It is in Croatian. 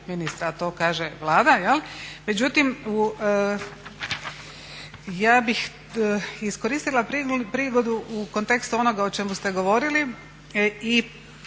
ministra a to kaže Vlada. Međutim, ja bih iskoristila prigodu u kontekstu onoga o čemu ste govorili